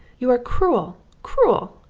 you are cruel, cruel,